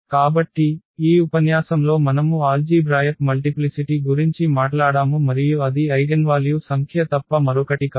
కాబట్టి ఈ ఉపన్యాసంలో మనము ఆల్జీభ్రాయక్ మల్టిప్లిసిటి గురించి మాట్లాడాము మరియు అది ఐగెన్వాల్యూ సంఖ్య తప్ప మరొకటి కాదు